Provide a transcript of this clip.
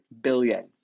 billion